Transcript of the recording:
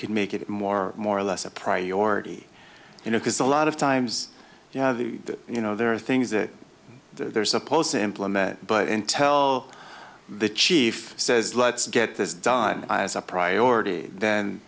could make it more more or less a priority you know because a lot of times you have the you know there are things that they're supposed to implement but intel the chief says let's get this done as a priority then